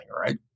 Right